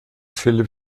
philipp